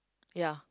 ya